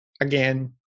again